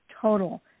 total